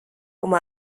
como